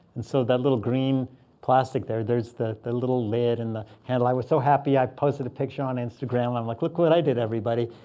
and so that little green plastic there, there's the the little lid and the handle. i was so happy i posted a picture on instagram. i'm like, look what i did, everybody.